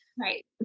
Right